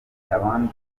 abandi